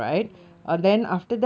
ya